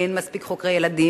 אין מספיק חוקרי ילדים.